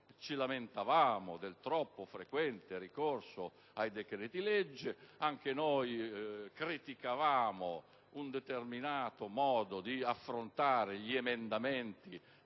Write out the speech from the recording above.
ci lamentavamo del troppo frequente ricorso ai decreti-legge; anche noi criticavamo un determinato modo di affrontare gli emendamenti